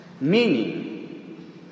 meaning